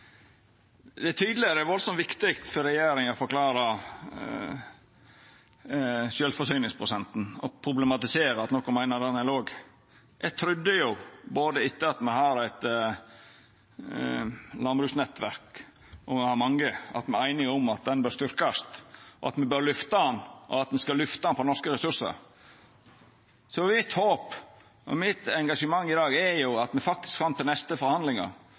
Det er tydeleg at det er veldig viktig for regjeringa å forklara sjølvforsyningsprosenten og problematisera at nokon meiner at han er låg. Eg trudde jo – bl.a. fordi det er eit landbruksnettverk med mange – at me er einige om at han bør styrkast, at me bør lyfta han, og at me skal lyfta han på norske ressursar. Så mitt håp – og mitt engasjement – i dag er at me fram til den neste